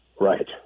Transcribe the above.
Right